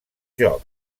joc